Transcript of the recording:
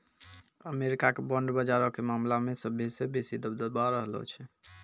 America के bond बजारो के मामला मे सभ्भे से बेसी दबदबा रहलो छै